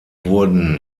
wurden